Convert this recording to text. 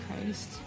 christ